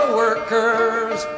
workers